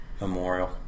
memorial